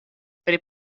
pri